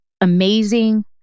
amazing